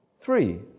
Three